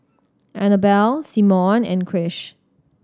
Annabell Simone and Krish